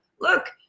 Look